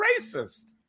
racist